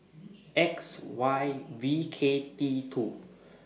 X Y V K T two